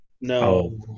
No